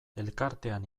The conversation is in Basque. elkartean